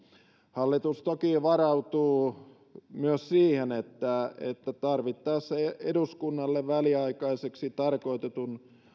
hallitus toki varautuu myös siihen että että tarvittaessa eduskunnan väliaikaiseksi tarkoitetun